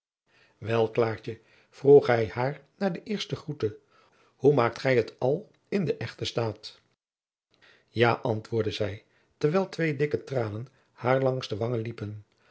klaartje vroeg hij haar na de eerste groete hoe maakt gij het al in den echten staat ja antwoordde zij terwijl twee dikke tranen haar langs de wangen liepen